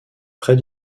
près